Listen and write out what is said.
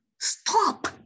Stop